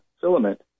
filament